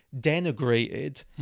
denigrated